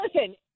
Listen